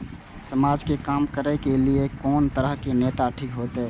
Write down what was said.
समाज के काम करें के ली ये कोन तरह के नेता ठीक होते?